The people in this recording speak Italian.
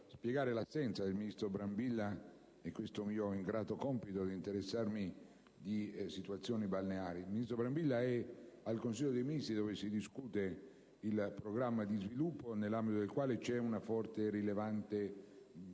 spiegare l'assenza del ministro Brambilla e questo mio ingrato compito di interessarmi di situazioni balneari. Il ministro Brambilla è al Consiglio dei ministri dove si discute il programma di sviluppo, nell'ambito del quale c'è un rilevante settore